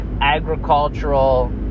agricultural